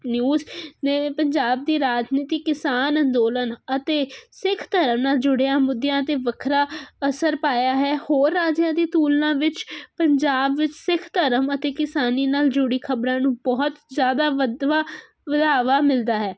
news ਨੇ ਪੰਜਾਬ ਦੀ ਰਾਜਨੀਤੀ ਕਿਸਾਨ ਅੰਦੋਲਨ ਅਤੇ ਸਿੱਖ ਧਰਮ ਨਾਲ ਜੁੜਿਆ ਮੁੱਦਿਆਂ 'ਤੇ ਵੱਖਰਾ ਅਸਰ ਪਾਇਆ ਹੈ ਹੋਰ ਰਾਜਾਂ ਦੀ ਤੁਲਨਾ ਵਿੱਚ ਪੰਜਾਬ ਵਿੱਚ ਸਿੱਖ ਧਰਮ ਅਤੇ ਕਿਸਾਨੀ ਨਾਲ ਜੁੜੀ ਖ਼ਬਰਾਂ ਨੂੰ ਬਹੁਤ ਜ਼ਿਆਦਾ ਵਧਵਾ ਵਧਾਵਾ ਮਿਲਦਾ ਹੈ